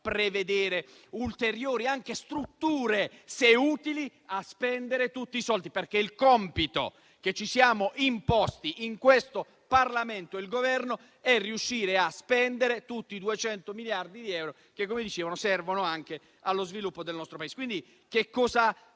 prevedere ulteriori strutture, se utili a spendere tutti i soldi, perché il compito che ci siamo imposti in questo Parlamento e come Governo è riuscire a spendere tutti i 200 miliardi di euro che, come dicevo, servono anche allo sviluppo del nostro Paese.